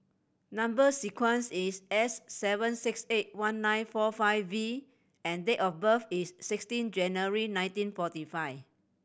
number sequence is S seven six eight one nine four five V and date of birth is sixteen January nineteen forty five